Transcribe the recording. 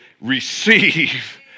receive